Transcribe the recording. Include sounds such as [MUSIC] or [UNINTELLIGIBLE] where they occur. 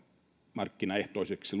markkinaehtoiseksi [UNINTELLIGIBLE]